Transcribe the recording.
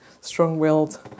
strong-willed